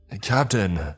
Captain